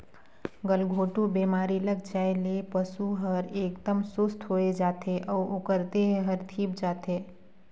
गलघोंटू बेमारी लग जाये ले पसु हर एकदम सुस्त होय जाथे अउ ओकर देह हर धीप जाथे